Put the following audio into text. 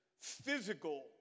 physical